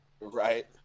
Right